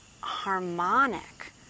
harmonic